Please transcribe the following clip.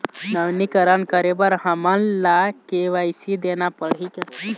नवीनीकरण करे बर हमन ला के.वाई.सी देना पड़ही का?